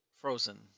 frozen